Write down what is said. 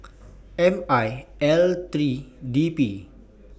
M one L three D P